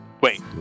Wait